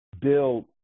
build